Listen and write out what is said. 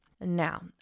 Now